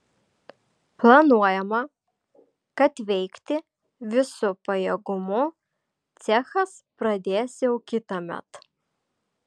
planuojama kad veikti visu pajėgumu cechas pradės jau kitąmet